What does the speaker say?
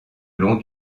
long